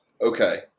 Okay